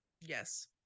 Yes